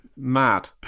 mad